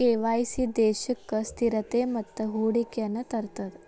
KYC ದೇಶಕ್ಕ ಸ್ಥಿರತೆ ಮತ್ತ ಹೂಡಿಕೆಯನ್ನ ತರ್ತದ